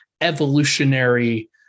evolutionary